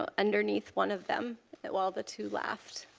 ah underneath one of them while the two laughed.